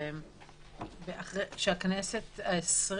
הכנסת ה-20